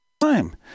time